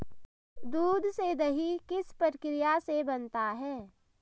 दूध से दही किस प्रक्रिया से बनता है?